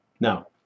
Now